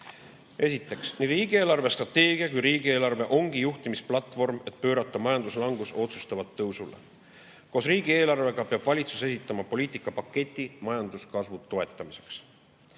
Esiteks, nii riigi eelarvestrateegia kui riigieelarve ongi juhtimisplatvorm, et pöörata majanduslangus otsustavalt tõusule. Koos riigieelarvega peab valitsus esitama poliitikapaketi majanduskasvu toetamiseks.